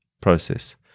process